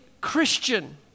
Christian